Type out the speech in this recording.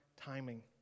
timing